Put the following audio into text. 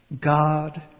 God